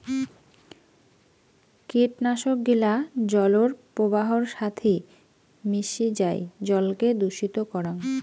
কীটনাশক গিলা জলর প্রবাহর সাথি মিশি যাই জলকে দূষিত করাং